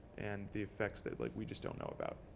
and the effects that, like, we just don't know about.